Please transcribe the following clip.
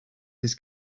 his